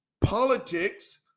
politics